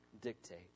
dictate